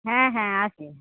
হ্যাঁ হ্যাঁ আছে